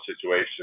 situation